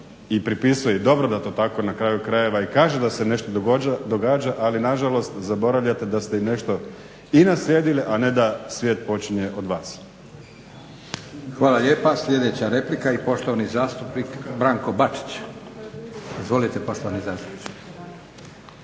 i pripisuje i dobro da to na kraju krajeva i kažem da se nešto događa, ali nažalost zaboravljate da ste nešto i naslijedili, a ne da svijet počinje od vas. **Leko, Josip (SDP)** Hvala lijepa. Sljedeća replika, poštovani zastupnik Branko Bačić. Izvolite poštovani zastupniče.